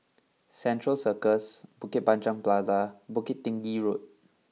Central Circus Bukit Panjang Plaza Bukit Tinggi Road